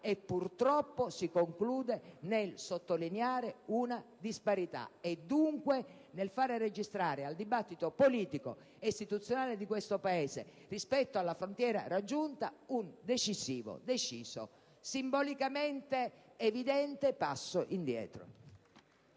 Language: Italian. e, purtroppo, si conclude nel sottolineare una disparità e, dunque, nel far registrare al dibattito politico ed istituzionale di questo Paese, rispetto alla frontiera raggiunta, un decisivo, deciso, simbolicamente evidente passo indietro.